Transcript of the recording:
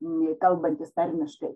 kalbantis tarmiškai